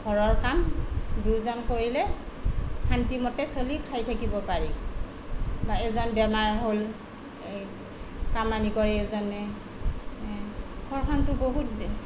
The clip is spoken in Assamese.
ঘৰৰ কাম দুয়োজন কৰিলে শান্তিমতে চলি খাই থাকিব পাৰি বা এজন বেমাৰ হ'ল কামানী কৰে এজনে ঘৰখনটো বহুত